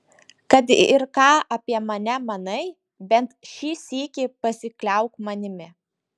kad ir ką apie mane manai bent šį sykį pasikliauk manimi